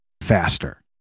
faster